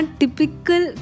typical